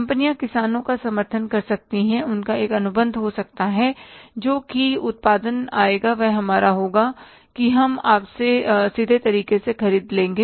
कंपनियां किसानों का समर्थन कर सकती हैं उनका एक अनुबंध हो सकता है कि जो भी उत्पादन आएगा वह हमारा होगा कि हम आपसे सीधे तरीके से ख़रीद लेंगे